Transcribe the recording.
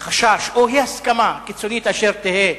חשש או אי-הסכמה, קיצונית כאשר תהא,